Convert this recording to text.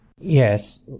Yes